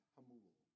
Hamul